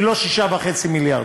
היא לא 6.5 מיליארד,